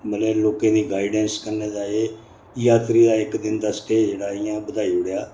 मतलब लोकें दी गाइडैंस कन्नै एह् जात्तरी दा इक दिन दा स्टे जेह्ड़ा इयां बधाई ओड़ेआ